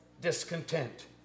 discontent